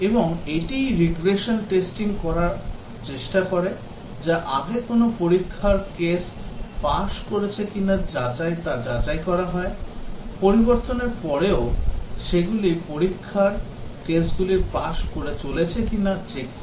এবং এটিই regression testing করার চেষ্টা করে যা আগে কোনও পরীক্ষার কেস পাস করেছে কিনা তা যাচাই করা হয় পরিবর্তনের পরেও সেগুলি পরীক্ষার কেসগুলি পাস করে চলেছে কিনা check করে